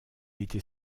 était